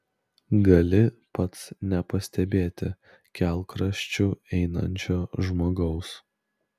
gali pats nepastebėti kelkraščiu einančio žmogaus